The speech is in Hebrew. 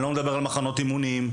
אני לא מדבר על מחנות אימונים,